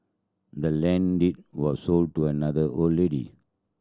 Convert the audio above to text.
the land deed was sold to another old lady